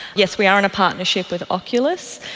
yes, we are in a partnership with oculus.